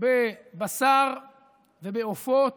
בבשר ובעופות,